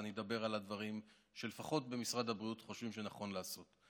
ואני אדבר על הדברים שלפחות במשרד הבריאות חושבים שנכון לעשות.